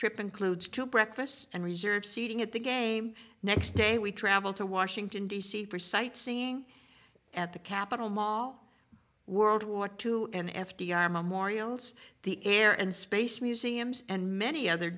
trip includes two breakfasts and reserved seating at the game next day we travel to washington d c for sightseeing at the capital mall world war two and f d r memorials the air and space museum and many other